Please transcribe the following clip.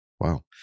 Wow